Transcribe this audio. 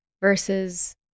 versus